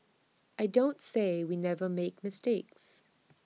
I don't say we never make mistakes